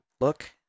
look